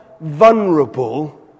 vulnerable